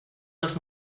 das